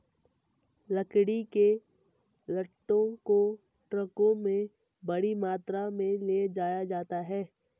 लकड़ी के लट्ठों को ट्रकों में बड़ी मात्रा में ले जाया जाता है